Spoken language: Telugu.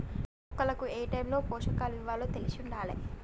మొక్కలకు ఏటైముల ఏ పోషకాలివ్వాలో తెలిశుండాలే